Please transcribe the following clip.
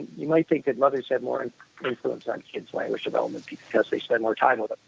you might think that mothers have more and influence on kids' language development because they spend more time with them.